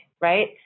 right